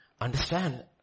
Understand